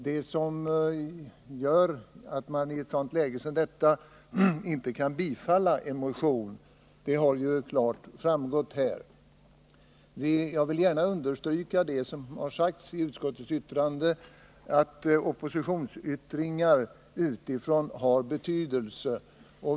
Det som gör att utskottet i ett läge som detta inte kan tillstyrka motionen har klart framgått här. Jag vill gärna understryka vad som sägs i utskottets betänkande, att opinionsyttringar utifrån har betydelse.